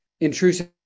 intrusive